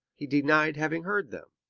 he denied having heard them.